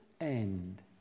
end